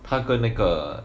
他跟那个